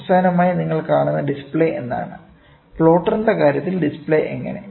അവസാനമായി നിങ്ങൾ കാണുന്ന ഡിസ്പ്ലേ എന്താണ് പ്ലോട്ടറിന്റെ കാര്യത്തിൽ ഡിസ്പ്ലേ എങ്ങനെ